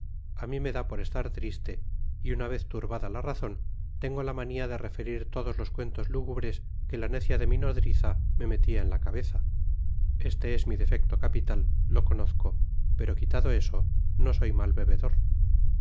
a mí me da por estar triste y una vez turbada la razon tengo la manía de referir todos los cuentos lúgubres que la nécia de mi nodriza me metia en la cabeza este es mi defecto capital lo conozco pero quitado eso no soy mal bebedor